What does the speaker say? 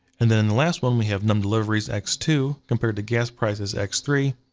and then the last one we have number deliveries, x two, compared to gas prices, x three,